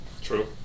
True